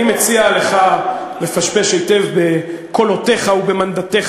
אני מציע לך לפשפש היטב בקולותיך ובמנדטיך